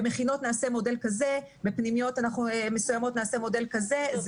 במכינות נעשה מודל כזה ובפנימיות מסוימות נעשה מודל כזה.